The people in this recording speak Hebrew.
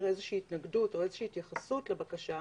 איזושהי התנגדות או איזושהי התייחסות לבקשה,